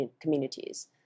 communities